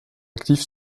actif